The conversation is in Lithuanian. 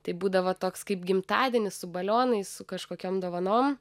tai būdavo toks kaip gimtadienis su balionais su kažkokiom dovanom